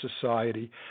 Society